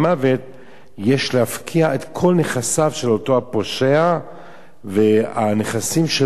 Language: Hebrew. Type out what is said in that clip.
יש להפקיע את כל נכסיו של אותו פושע והנכסים שלו מוחרמים.